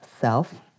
self